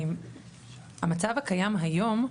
המצב הקיים היום,